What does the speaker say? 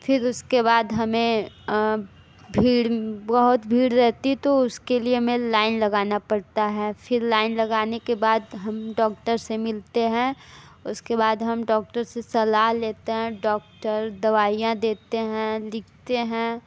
फिर उसके बाद हमें भीड़ बहुत भीड़ रहती तो उसके लिए हमें लाइन लगाना पड़ता है फिर लाइन लगाने के बाद हम डॉक्टर से मिलते हैं उसके बाद हम से सलाह लेते हैं डॉक्टर दवाइयाँ देते हैं लिखते हैं